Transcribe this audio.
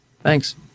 thanks